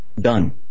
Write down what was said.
done